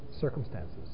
circumstances